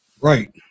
Right